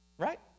Right